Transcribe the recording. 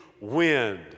wind